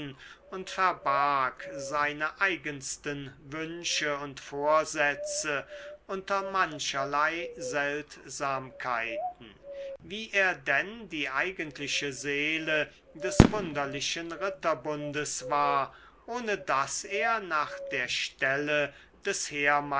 und verbarg seine eigensten wünsche und vorsätze unter mancherlei seltsamkeiten wie er denn die eigentliche seele des wunderlichen ritterbundes war ohne daß er nach der stelle des